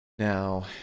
Now